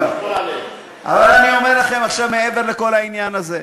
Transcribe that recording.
אבל אני אומר לכם עכשיו, מעבר לכל העניין הזה,